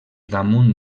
damunt